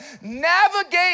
navigate